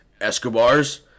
Escobars